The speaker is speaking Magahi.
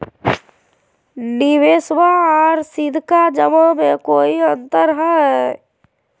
निबेसबा आर सीधका जमा मे कोइ अंतर हय?